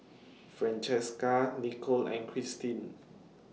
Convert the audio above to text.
Francesca Nichole and Christine